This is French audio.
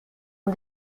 ont